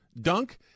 dunk